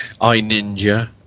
iNinja